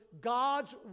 God's